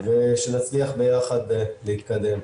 שנצליח ביחד להתקדם.